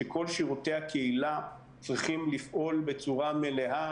שכל שירותי הקהילה צריכים לפעול בצורה מלאה.